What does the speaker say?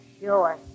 sure